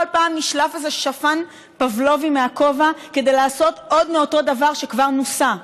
כל פעם נשלף איזה שפן פבלובי מהכובע כדי לעשות עוד מאותו דבר שכבר נוסה,